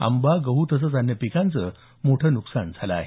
आंबा गहू तसंच अन्य पिकांचं मोठं नुकसान झालं आहे